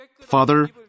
Father